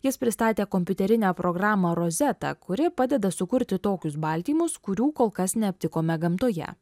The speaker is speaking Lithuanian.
jis pristatė kompiuterinę programą rozeta kuri padeda sukurti tokius baltymus kurių kol kas neaptikome gamtoje